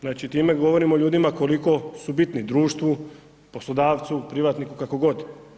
Znači time govorimo o ljudima koliko su bitni društvu, poslodavcu, privatniku kako god.